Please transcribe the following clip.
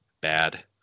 bad